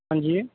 ہاں جی